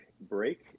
break